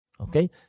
Okay